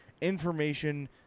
information